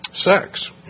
sex